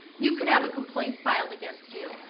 you could have a complaint filed against you.